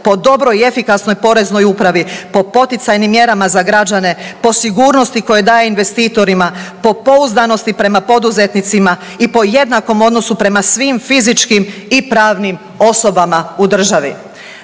po dobroj i efikasnoj Poreznoj upravi, po poticajnim mjerama za građane, po sigurnosti koje daje investitorima, po pouzdanosti prema poduzetnicima i po jednakom odnosu prema svim fizičkim i pravnim osobama u državi.